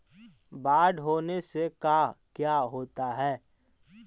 बाढ़ होने से का क्या होता है?